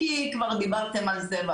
כי כבר דיברתם על זה.